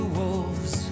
wolves